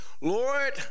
Lord